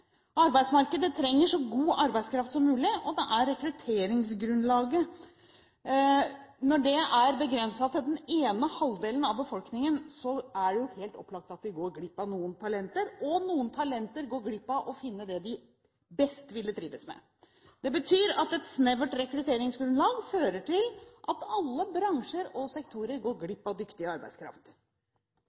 Arbeidsmarkedet trenger så god arbeidskraft som mulig, og når rekrutteringsgrunnlaget er begrenset til den ene halvdelen av befolkningen, er det helt opplagt at vi går glipp av noen talenter, og noen talenter går glipp av å finne det de best ville trives med. Dette betyr at et snevert rekrutteringsgrunnlag fører til at alle bransjer og sektorer går glipp av dyktig arbeidskraft.